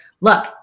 look